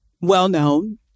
well-known